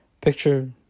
picture